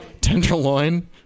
Tenderloin